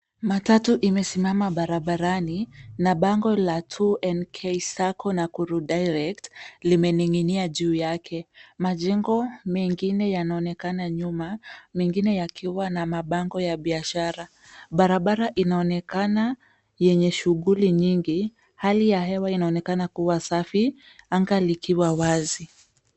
Matatu limesimama barabarani, na bango la 2NK SACCO Nakuru Direct limening'inia juu yake. Majengo mengine yanaonekana nyuma, mengine yakiwa na mabango ya biashara. Barabara inaonekana yenye shughuli nyingi . Hali ya hewa inaonekana kuwa safi anga likiwa wazi.